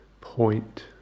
point